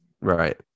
Right